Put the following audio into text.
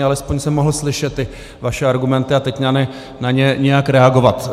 Alespoň jsem mohl slyšet vaše argumenty a teď na ně nějak reagovat.